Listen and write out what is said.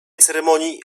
ceremonii